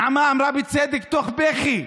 נעמה אמרה בצדק, תוך כדי בכי,